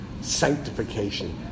sanctification